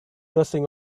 resting